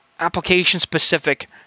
application-specific